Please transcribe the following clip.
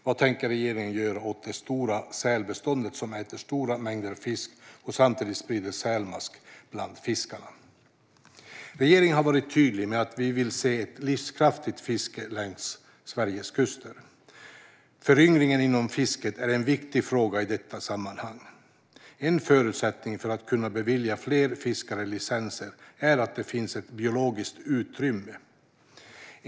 Vad tänker regeringen göra åt de stora sälbestånd som äter stora mängder fisk och samtidigt sprider sälmask bland fisken? Regeringen har varit tydlig med att vi vill se ett livskraftigt fiske längs Sveriges kuster. Föryngringen inom fisket är en viktig fråga i detta sammanhang. En förutsättning för att kunna bevilja fler fiskare licenser är att det finns ett biologiskt utrymme.